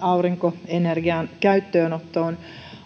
aurinkoenergian käyttöönottoon